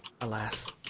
Alas